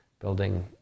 building